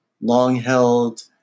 long-held